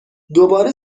دوباره